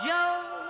Joe